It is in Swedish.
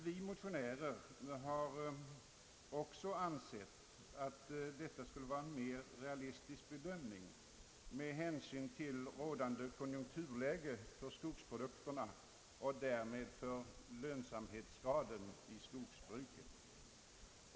Vi motionärer har också ansett detta vara en mer realistisk bedömning med hänsyn till rådande konjunkturläge när det gäller skogsprodukter och därmed lönsamhetsgraden i skogsbruket.